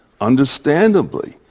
understandably